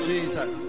Jesus